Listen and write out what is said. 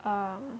oh